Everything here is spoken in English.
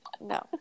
No